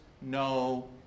no